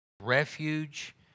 refuge